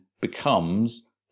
becomes